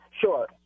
Sure